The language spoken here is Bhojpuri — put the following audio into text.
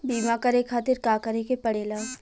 बीमा करे खातिर का करे के पड़ेला?